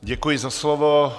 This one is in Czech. Děkuji za slovo.